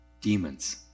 Demons